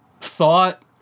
thought